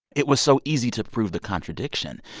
it was so easy to prove the contradiction.